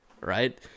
right